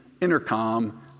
intercom